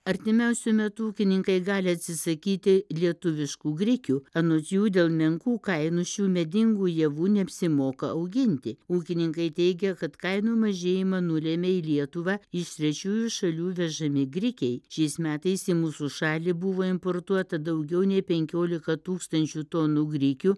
artimiausiu metu ūkininkai gali atsisakyti lietuviškų grikių anot jų dėl menkų kainų šių medingų javų neapsimoka auginti ūkininkai teigia kad kainų mažėjimą nulėmė į lietuvą iš trečiųjų šalių įvežami grikiai šiais metais į mūsų šalį buvo importuota daugiau nei penkiolika tūkstančių tonų grikių